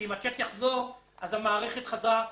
כי אם הצ'ק יחזור אז המערכת חזרה אחורה,